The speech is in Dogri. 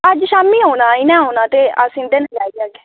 अज्ज शामीं औना असें इंदे कन्नै औना ते आई जाह्गे